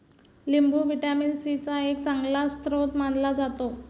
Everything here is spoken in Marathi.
लिंबू व्हिटॅमिन सी चा एक चांगला स्रोत मानला जातो